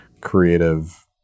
creative